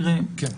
א',